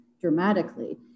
dramatically